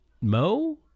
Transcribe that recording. mo